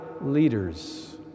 leaders